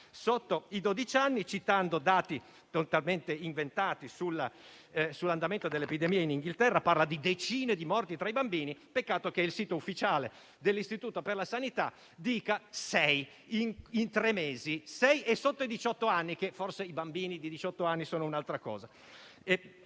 dodici anni, citando dati totalmente inventati sull'andamento dell'epidemia in Inghilterra: parla di decine di morti tra i bambini, peccato che il sito ufficiale dell'istituto per la sanità parli di sei vittime in tre mesi e sotto i diciotto anni, ma forse i bambini di diciotto anni sono un'altra cosa.